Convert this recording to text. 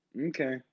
Okay